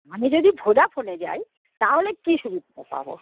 আমি যদি ভোডাফোনে যায় তাহলে কী সুবিধাটা পাবো